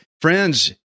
Friends